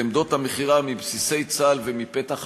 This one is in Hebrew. הייתה להרחיק לחלוטין את עמדות המכירה מבסיסי צה"ל ומפתחיהם,